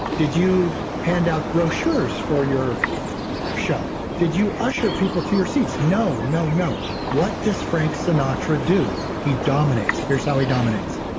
did you hand out brochures for your show? did you usher people to your seats? no, no, no. what does frank sinatra do? he dominates. here's how he dominates.